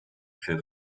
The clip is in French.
fait